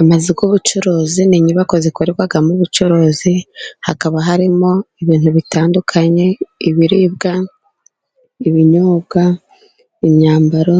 Amazu y'ubucuruzi, n'inyubako zikorerwamo ubucuruzi, hakaba harimo, ibintu bitandukanye, ibiribwa, ibinyobwa, imyambaro,